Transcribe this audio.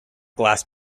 glass